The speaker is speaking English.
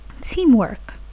teamwork